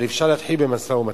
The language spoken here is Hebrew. אבל אפשר להתחיל במשא-ומתן.